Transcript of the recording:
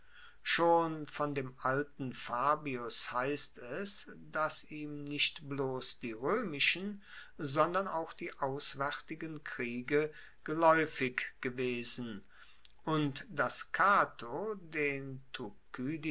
schon von dem alten fabius heisst es dass ihm nicht bloss die roemischen sondern auch die auswaertigen kriege gelaeufig gewesen und dass cato den